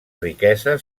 riquesa